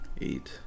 Eight